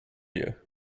you